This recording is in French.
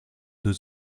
deux